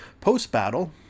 Post-battle